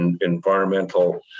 environmental